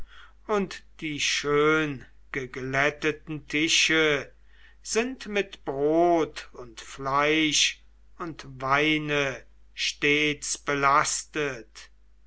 und die schöngeglätteten tische sind mit brot und fleisch und weine stets belastet